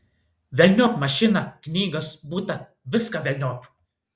velniop mašiną knygas butą viską velniop